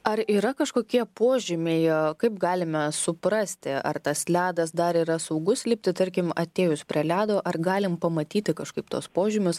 ar yra kažkokie požymiai kaip galime suprasti ar tas ledas dar yra saugus lipti tarkim atėjus prie ledo ar galim pamatyti kažkaip tuos požymius